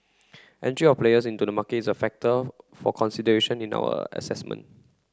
entry of players into the market is a factor for consideration in our assessment